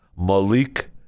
malik